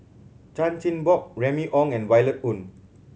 Chan Chin Bock Remy Ong and Violet Oon